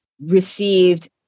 received